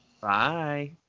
Bye